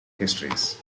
histories